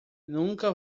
nunca